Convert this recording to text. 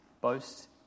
boast